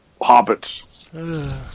hobbits